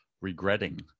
regretting